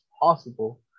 possible